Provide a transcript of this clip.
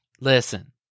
Listen